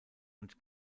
und